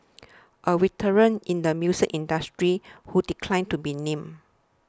a veteran in the music industry who declined to be named